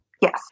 Yes